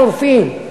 שורפים.